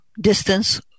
distance